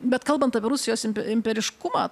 bet kalbant apie rusijos imperiškumą tai